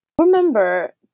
Remember